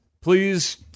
please